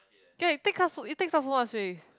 ya you take up it takes up so much space